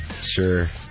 Sure